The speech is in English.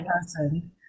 person